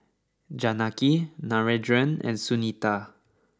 Janaki Narendra and Sunita